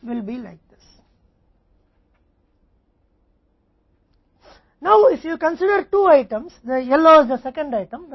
अब यदि आप दो वस्तुओं पर विचार करते हैं तो पीला दूसरा आइटम है और सफेद 1st आइटम है